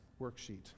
worksheet